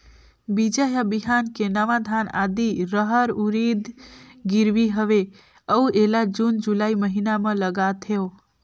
बीजा या बिहान के नवा धान, आदी, रहर, उरीद गिरवी हवे अउ एला जून जुलाई महीना म लगाथेव?